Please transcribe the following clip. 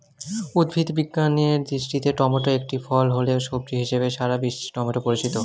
উদ্ভিদ বিজ্ঞানের দৃষ্টিতে টমেটো একটি ফল হলেও, সবজি হিসেবেই সারা বিশ্বে টমেটো পরিচিত